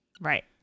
Right